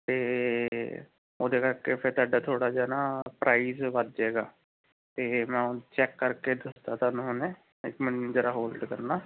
ਅਤੇ ਉਹਦੇ ਕਰਕੇ ਫਿਰ ਤੁਹਾਡਾ ਥੋੜ੍ਹਾ ਜਿਹਾ ਨਾ ਪ੍ਰਾਈਜ ਵੱਧ ਜਾਏਗਾ ਅਤੇ ਮੈਂ ਹੁਣ ਚੈੱਕ ਕਰਕੇ ਦੱਸਦਾ ਤੁਹਾਨੂੰ ਹੁਣੇ ਇੱਕ ਮਿੰਟ ਜਰਾ ਹੋਲਡ ਕਰਨਾ